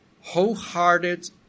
wholehearted